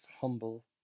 humble